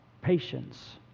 patience